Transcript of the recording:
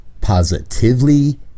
positively